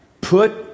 put